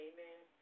Amen